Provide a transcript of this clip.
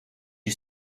you